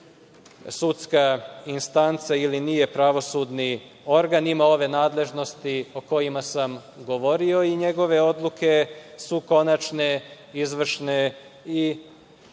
sudska instanca ili nije pravosudni organ, ima ove nadležnosti o kojima sam govorio i njegove odluke su konačne, izvršne i